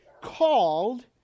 called